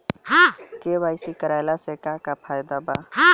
KYC करवला से का का फायदा बा?